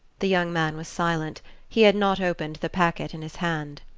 the young man was silent he had not opened the packet in his hand.